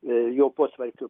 jo potvarkiu